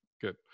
Good